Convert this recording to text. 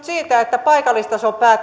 siitä että paikallistason